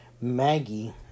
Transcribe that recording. Maggie